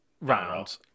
Round